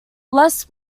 less